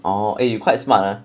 orh eh quite smart lah